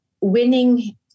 winning